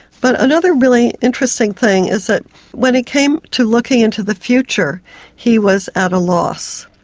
but another really interesting thing is that when he came to looking into the future he was at a loss.